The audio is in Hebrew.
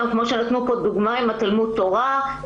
כמו שנתנו פה דוגמה עם התלמוד תורה,